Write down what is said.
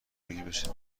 بیشتر